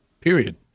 Period